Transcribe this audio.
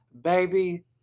baby